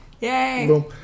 Yay